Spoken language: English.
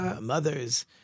mothers